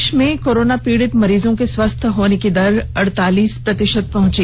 देष में कोरोना पीड़ित मरीजों के स्वस्थ होने की दर अड़तालिस प्रतिषत पहुंची